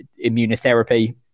immunotherapy